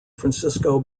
francisco